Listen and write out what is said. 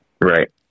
Right